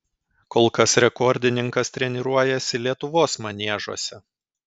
kol kas rekordininkas treniruojasi lietuvos maniežuose